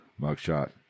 mugshot